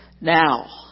Now